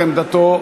ועמדתו,